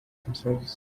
themselves